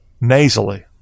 nasally